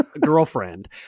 girlfriend